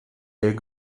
der